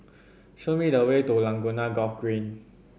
show me the way to Laguna Golf Green